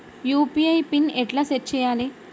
UPI PIN ఎట్లా set చేయాలే?